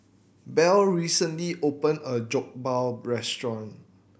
Bell recently opened a new Jokbal restaurant